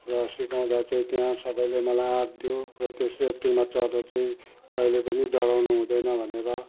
र सिकाउँदा चाहिँ त्यहाँ सबैले मलाई आँट दियो र त्यस राफ्टिङमा चढ्दा चाहिँ कहिले पनि डराउनु हुँदैन भनेर